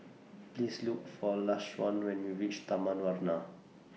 Please Look For Lashawn when YOU REACH Taman Warna